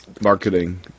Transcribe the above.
marketing